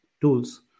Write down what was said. tools